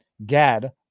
gad